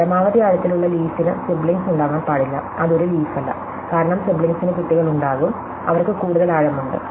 പരമാവധി ആഴത്തിലുള്ള ലീഫിനു സിബ്ലിങ്ങ്സ് ഉണ്ടാവാൻ പാടില്ല അത് ഒരു ലീഫ് അല്ല കാരണം സിബ്ലിങ്ങ്സിനു കുട്ടികളുണ്ടാകും അവർക്ക് കൂടുതൽ ആഴമുണ്ട്